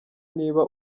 niba